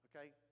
Okay